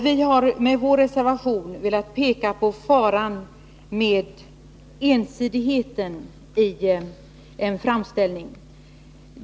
Vi har med vår reservation velat peka på faran av ensidighet i en framställning.